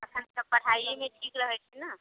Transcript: एखन तऽ पढ़ाइयेमे ठीक रहैत छै ने